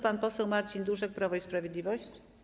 Pan poseł Marcin Duszek, Prawo i Sprawiedliwość.